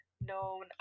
known